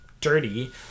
dirty